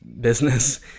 business